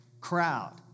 crowd